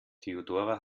theodora